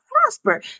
prosper